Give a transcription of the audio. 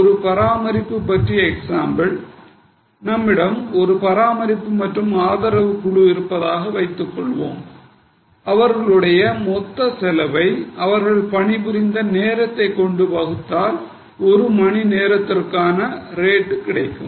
ஒரு பராமரிப்பு பற்றிய எக்ஸாம்பிள் நம்மிடம் ஒரு பராமரிப்பு மற்றும் ஆதரவு குழு இருப்பதாக வைத்துக்கொள்வோம் இவர்களுடைய மொத்த செலவை அவர்கள் பணிபுரிந்த நேரத்தை கொண்டு வகுத்தால் ஒரு மணி நேரத்திற்கான கட்டணம் கிடைக்கும்